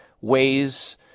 ways